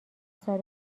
سال